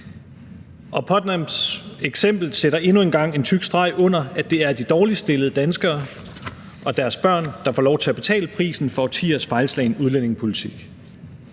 og Putnams eksempel sætter endnu en gang en tyk streg under, at det er de dårligststillede danskere og deres børn, der får lov til at betale prisen for årtiers fejlslagen udlændingepolitik.